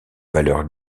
valeur